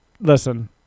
listen